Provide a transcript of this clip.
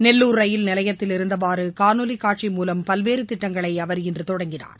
Nellore rail நிலையத்தில் இருந்தவாறு காணொலி காட்சி மூலம் பல்வேறு திட்டங்களை அவர் இன்று தொடங்கினார்